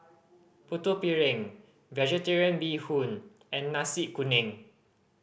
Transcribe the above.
Putu Piring Vegetarian Bee Hoon and Nasi Kuning